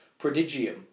Prodigium